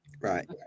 right